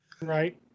Right